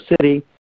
City